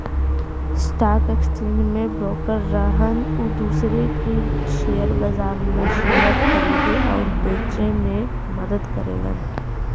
stock exchange में broker रहन उ दूसरे के शेयर बाजार में शेयर खरीदे आउर बेचे में मदद करेलन